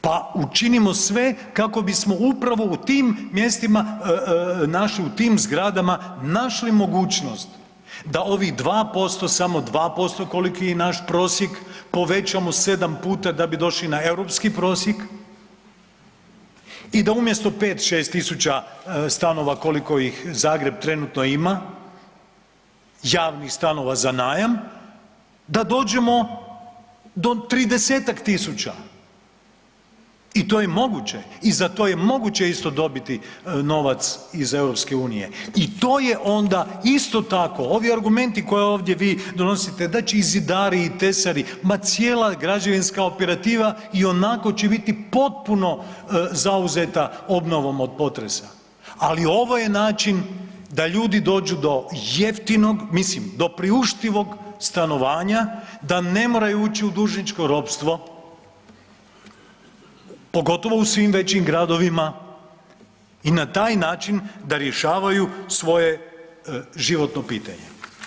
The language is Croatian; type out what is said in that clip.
Pa učinimo sve kako bismo upravo u tim mjestima, u tim zgradama našli mogućnost da ovih 2% samo 2% koliki je naš prosjek povećano 7 puta da bi došli na europski prosjek i da umjesto 5, 6 tisuća stanova koliko ih Zagreb trenutno ima javnih stanova za najam da dođemo do 30-tak tisuća i to je moguće i za to je moguće isto dobiti novac iz EU i to je onda isto tako, ovi argumenti koje ovdje vi donosite, da će i zidari i tesari, ma cijela građevinska operativa i onako će bit potpuno zauzeta obnovom od potresa, ali ovo je način da ljudi dođu do jeftinog, mislim, do priuštivog stanovanja, da ne moraju ući u dužničko ropstvo, pogotovo u svim većim gradovima i na taj način da rješavaju svoje životno pitanje.